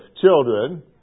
children